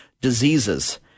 diseases